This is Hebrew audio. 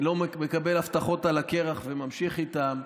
מקבל הבטחות על הקרח וממשיך איתן.